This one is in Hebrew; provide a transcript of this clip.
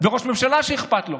וראש ממשלה שאכפת לו.